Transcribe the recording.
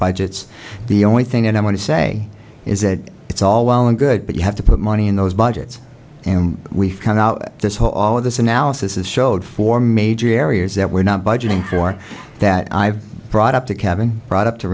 budgets the only thing i want to say is that it's all well and good but you have to put money in those budgets and we found out this whole all of this analysis is showed four major areas that we're not budgeting for that i've brought up to kevin brought up to